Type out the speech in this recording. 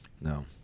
No